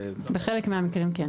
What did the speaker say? בחלק מהמקרים כן.